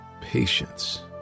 patience